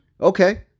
okay